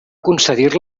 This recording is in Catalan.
concedir